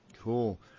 Cool